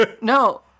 no